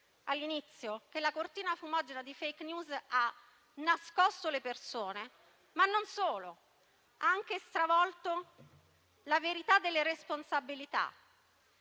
all'inizio, la cortina fumogena di *fake news* ha nascosto le persone; non solo, ha anche stravolto la verità delle responsabilità.